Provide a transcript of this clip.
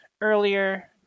earlier